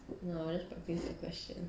no just practise the question